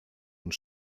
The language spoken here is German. und